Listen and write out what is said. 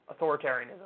authoritarianism